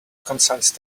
concise